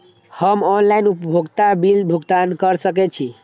हम ऑनलाइन उपभोगता बिल भुगतान कर सकैछी?